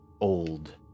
old